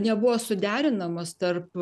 nebuvo suderinamos tarp